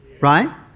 right